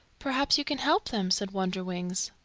perhaps you can help them, said wonderwings.